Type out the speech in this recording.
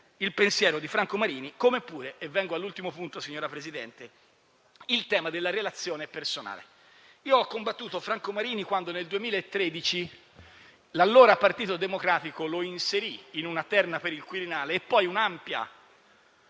il pensiero di Franco Marini. Da ultimo, signor Presidente, desidero affrontare il tema della relazione personale. Io ho combattuto Franco Marini quando, nel 2013, l'allora Partito Democratico lo inserì in una terna per il Quirinale e, poi, un'ampia